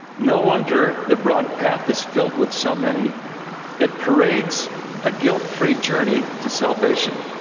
no wonder the broad path is filled with so many it parades a guilt-free journey to salvation,